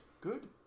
good